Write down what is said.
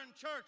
church